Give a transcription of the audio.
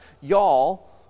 Y'all